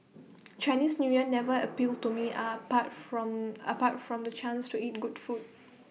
Chinese New Year never appealed to me apart from apart from the chance to eat good food